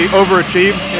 overachieved